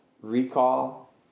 Recall